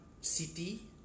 city